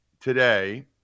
today